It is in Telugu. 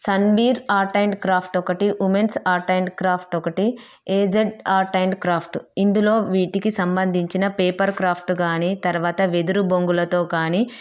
సన్బీర్ ఆర్ట్ అండ్ క్రాఫ్ట్ ఒకటి ఉమెన్స్ ఆర్ట్ అండ్ క్రాఫ్ట్ ఒకటి ఏజెంట్ ఆర్ట్ అండ్ క్రాఫ్ట్ ఇందులో వీటికి సంబంధించిన పేపర్ క్రాఫ్ట్ కాని తర్వాత వెదురు బొంగులతో కానీ